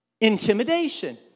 Intimidation